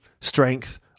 strength